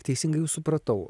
teisingai jus supratau